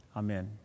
amen